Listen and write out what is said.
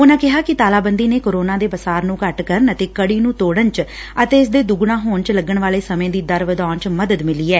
ਉਨਾਂ ਕਿਹਾ ਕਿ ਤਾਲਾਬੰਦੀ ਨੇ ਕੋਰੋਨਾ ਦੇ ਪਸਾਰ ਨੰ ਘੱਟ ਕਰਨ ਅਤੇ ਕੜੀ ਨੂੰ ਤੋੜਣ ਅਤੇ ਇਸ ਦੇ ਦੁੱਗਣਾ ਹੋਣ ਚ ਲੱਗਣ ਵਾਲੇ ਦੀ ਦਰ ਵਧਾਉਣ ਚ ਮਦਦ ਮਿਲੀ ਐ